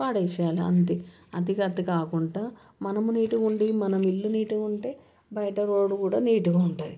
పడేయాలి అంతే అట్టే అట్టే కాకుండా మనము నీటుగా ఉండి మన ఇల్లు నీటుగా ఉంటే బయట రోడ్డు కూడా నీటుగా ఉంటుంది